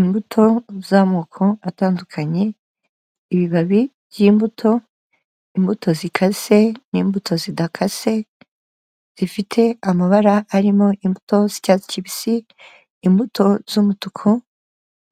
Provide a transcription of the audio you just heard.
Imbuto z'amoko atandukanye, ibibabi by'imbuto, imbuto zikaze n'imbuto zidakase zifite amabara arimo imbuto z'icyatsi kibisi, imbuto z'umutuku